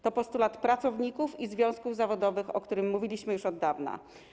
To postulat pracowników i związków zawodowych, o którym mówiliśmy już od dawna.